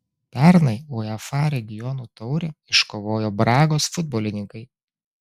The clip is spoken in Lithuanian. pernai uefa regionų taurę iškovojo bragos futbolininkai